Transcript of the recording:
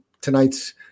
tonight's –